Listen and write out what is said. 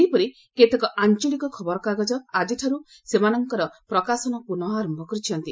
ସେହିପରି କେତେକ ଆଞ୍ଚଳିକ ଖବରକାଗଜ ଆଜିଠାରୁ ସେମାନଙ୍କର ପ୍ରକାଶନ ପୁନଃ ଆରମ୍ଭ କରିଛନ୍ତି